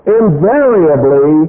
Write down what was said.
invariably